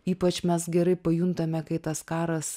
ypač mes gerai pajuntame kai tas karas